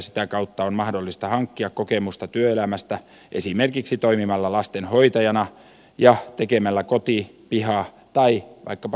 sitä kautta on mahdollista hankkia kokemusta työelämästä esimerkiksi toimimalla lastenhoitajana ja tekemällä koti piha tai vaikkapa metsätöitä